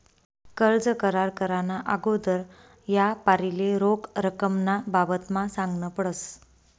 कर्ज करार कराना आगोदर यापारीले रोख रकमना बाबतमा सांगनं पडस